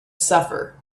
suffer